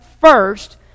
first